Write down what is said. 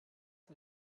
hat